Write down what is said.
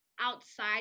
outside